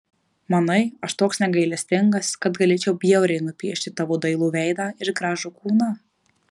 manai aš toks negailestingas kad galėčiau bjauriai nupiešti tavo dailų veidą ir gražų kūną